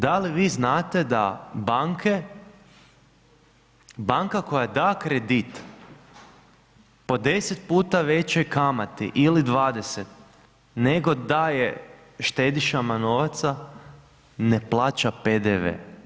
Da li vi znate da banke, banka koja da kredit pod 10 puta većoj kamati ili 20 nego daje štedišama novaca ne plaća PDV?